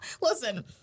Listen